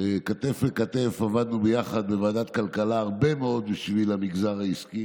עבדנו כתף אל כתף בוועדת הכלכלה הרבה מאוד בשביל המגזר העסקי,